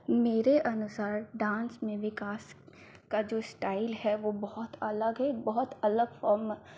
मेरे अनुसार डान्स में विकास का जो स्टाइल है बहुत अलग है बहुत अलग फ़ॉर्म